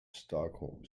stockholm